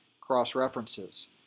cross-references